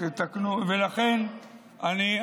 ולכן אני,